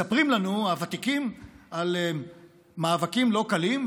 מספרים לנו הוותיקים על מאבקים לא קלים,